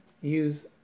use